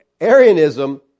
Arianism